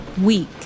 Week